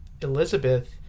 Elizabeth